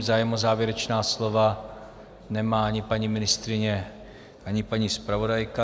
Zájem o závěrečná slova nemá ani paní ministryně, ani paní zpravodajka.